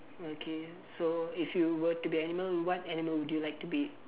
okay so if you were to be an animal what animal would you like to be